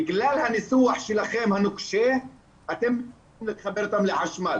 בגלל הניסוח שלכם הנוקשה אתם לא מחברים אותם לחשמל.